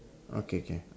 okay K